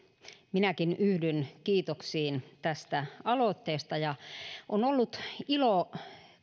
minäkin yhdyn kiitoksiin tästä aloitteesta ja on ollut ilo